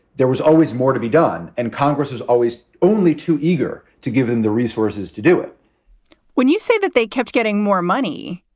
there was always more to be done and congress was always only too eager to give them the resources to do it when you say that they kept getting more money,